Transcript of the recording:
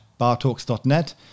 Bartalks.net